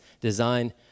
design